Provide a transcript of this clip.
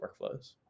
workflows